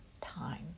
time